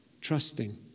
trusting